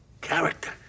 Character